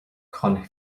chun